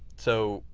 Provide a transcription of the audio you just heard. so,